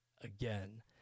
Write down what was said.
Again